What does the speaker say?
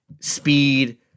Speed